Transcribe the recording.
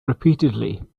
repeatedly